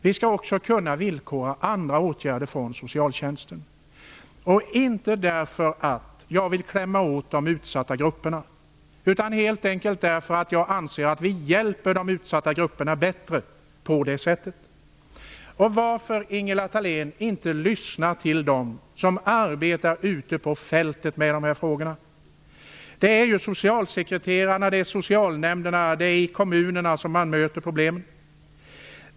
Vi skall också kunna villkora andra åtgärder från socialtjänsten. Det är inte för att jag vill klämma åt de utsatta grupperna, utan helt enkelt därför att jag anser att vi hjälper de utsatta grupperna bättre på det sättet. Varför, Ingela Thalén, inte lyssna till dem som arbetar ute på fältet med dessa frågor? Det är socialsekreterarna, socialnämnderna och kommunerna som möter problemen.